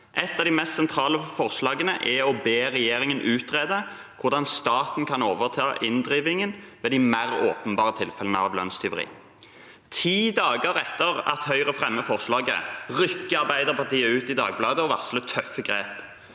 Et av de mest sentrale forslagene var å be regjeringen utrede hvordan staten kan overta inndrivingen i de mer åpenbare tilfellene av lønnstyveri. Ti dager etter at Høyre fremmet forslaget, rykket Arbeiderpartiet ut i Dagbladet og varslet tøffe grep.